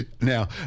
now